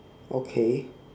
okay